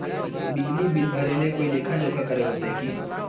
बिजली बिल भरे ले कोई लेखा जोखा करे होते की?